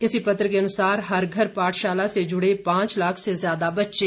इसी पत्र के अनुसार हर घर पाठशाला से जुड़े पांच लाख से ज्यादा बच्चे